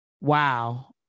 Wow